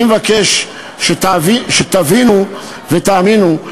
אני מבקש שתבינו ותאמינו,